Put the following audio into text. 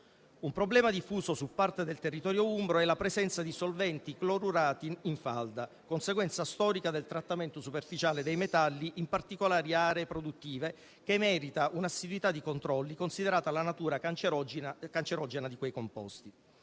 Un problema diffuso su parte del territorio umbro è la presenza di solventi clorurati in falda, conseguenza storica del trattamento superficiale dei metalli in particolari aree produttive, che merita un'assiduità di controlli, considerata la natura cancerogena di quei composti.